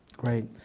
great.